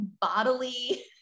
bodily